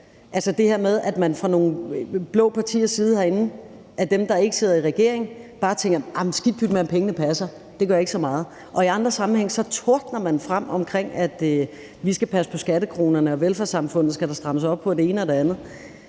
altså det her med, at man fra nogle blå partiers side herinde – dem, der ikke sidder i regering – bare tænker: Skidt pyt med, om pengene passer, det gør ikke så meget. I andre sammenhænge tordner man frem med, at vi skal passe på skattekronerne, og at der skal strammes op på velfærdssamfundet,